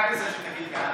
אדוני.